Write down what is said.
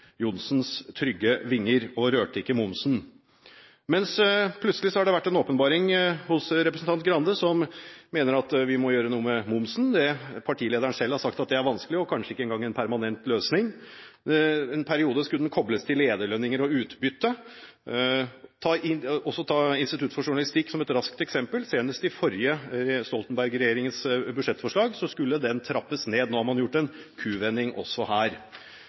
Johnsens trygge vinger og rørte ikke momsen. Men plutselig har det vært en åpenbaring hos representanten Arild Grande, som mener at vi må gjøre noe med momsen. Partilederen har sagt at det er vanskelig og kanskje ikke en gang en permanent løsning. En periode skulle den kobles til lederlønninger og utbytte. Vi kan ta Institutt for Journalistikk som et raskt eksempel: Senest i det forrige budsjettforslaget til Stoltenberg-regjeringen skulle den trappes ned. Nå har man gjort en kuvending også her.